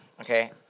Okay